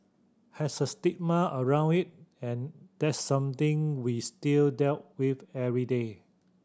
has a stigma around it and that's something we still dealt with every day